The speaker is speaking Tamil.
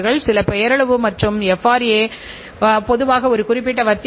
எனவே இறுதியாக நான் இங்கே சொல்வது